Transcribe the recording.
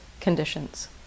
conditions